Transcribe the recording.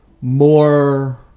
more